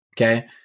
Okay